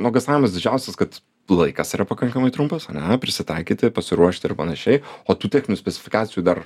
nuogąstavimus didžiausias kad laikas yra pakankamai trumpas ane prisitaikyti pasiruošti ir panašiai o tų techninių specifikacijų dar